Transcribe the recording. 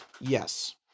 Yes